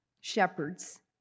Shepherds